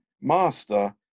Master